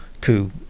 coup